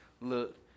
look